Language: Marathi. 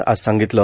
नं आज सांगितलं